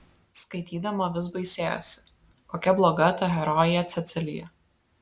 skaitydama vis baisėjosi kokia bloga ta herojė cecilija